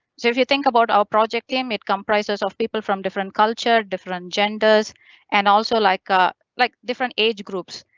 so if you think about our project team, it comprises of people from different culture, different genders and also like ah like different age groups.